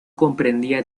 comprendía